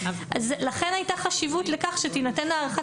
לכן הייתה חשיבות לכך שתינתן הערכת